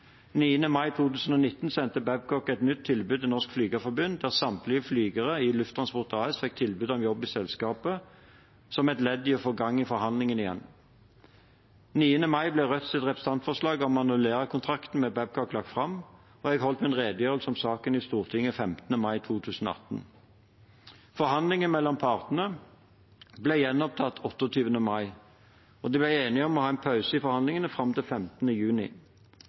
mai 2018 sendte Babcock et nytt tilbud til Norsk Flygerforbund, der samtlige flygere i Lufttransport AS fikk tilbud om jobb i selskapet, som et ledd i å få i gang forhandlingene igjen. Den 9. mai ble Rødts representantforslag om å annullere kontrakten med Babcock lagt fram. Jeg holdt min redegjørelse om saken i Stortinget 15. mai 2018. Forhandlingene mellom partene ble gjenopptatt 28. mai. De ble enige om å ha en pause i forhandlingene fram til 15. juni.